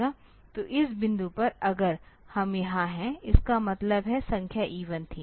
तो इस बिंदु पर अगर हम यहां हैं इसका मतलब है संख्या इवन थी